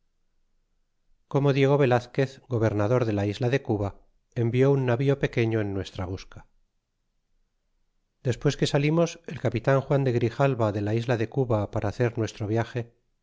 como diego velazguez gobernador de la isla de cuba envió un navío pequeño en nuestra busca despues que salimos el capitan juan de grijalva de la isla de cuba para hacer nuestro via